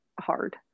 hard